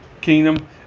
kingdom